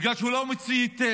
בגלל שהוא לא מוציא היתר,